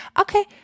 Okay